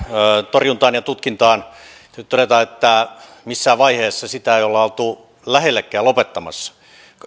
torjuntaan ja tutkintaan täytyy todeta että missään vaiheessa sitä ei olla oltu lähellekään lopettamassa